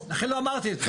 לכן לא אמרתי את זה.